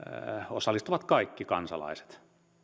osallistuvat kaikki kansalaiset